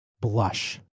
blush